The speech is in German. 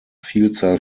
vielzahl